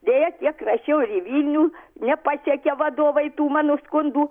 deja tiek rašiau į vilnių nepasiekė vadovai tų mano skundų